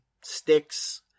sticks